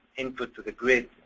input to the grid,